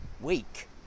weak